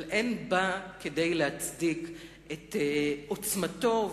אבל אין בה כדי להצדיק את עוצמתו,